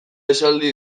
esaldi